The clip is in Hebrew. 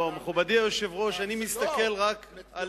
לא, מכובדי היושב-ראש, אני מסתכל רק על